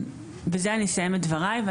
בזה אני אסיים את דבריי.